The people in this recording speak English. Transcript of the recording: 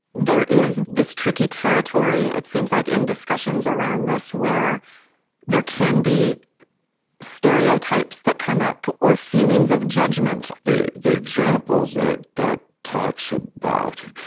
there is this tricky territory. it seems like in discussions around this where there can be stereotypes that come up or feelings of judgment the the examples that that talk so about,